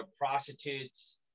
prostitutes